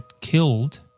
killed